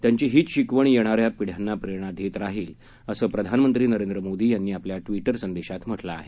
त्यांची हीच शिकवण येणाऱ्या पीढ्यांना प्रेरणा देत राहील असं प्रधानमंत्री नरेंद्र मोदी यांनी आपल्या ट्विटर संदेशात म्हटलं आहे